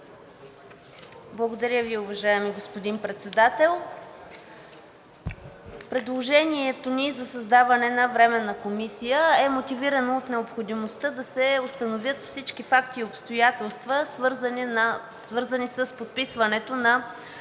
Благодаря Ви, уважаеми господин Председател. Предложението ни за създаване на временна комисия е мотивирано от необходимостта да се установят всички факти и обстоятелства, свързани с подписването на всички